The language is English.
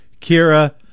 Kira